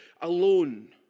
alone